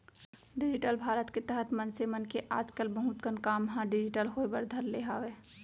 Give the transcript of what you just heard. digital Bharat के तहत मनसे मन के आज कल बहुत कन काम ह डिजिटल होय बर धर ले हावय